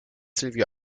silvio